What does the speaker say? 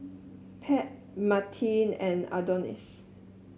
Pat Mattie and Adonis